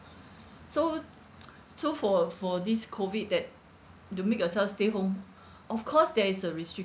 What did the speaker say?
so so for for this COVID that to make yourself stay home of course there is a restriction